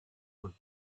would